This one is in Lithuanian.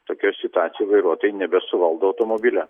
tokioj situacijoj vairuotojai nebesuvaldo automobilio